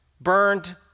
burned